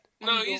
No